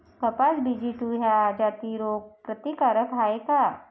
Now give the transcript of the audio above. कपास BG two ह्या जाती रोग प्रतिकारक हाये का?